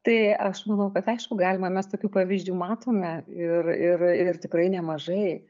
tai aš manau kad aišku galima mes tokių pavyzdžių matome ir ir ir tikrai nemažai